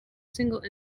single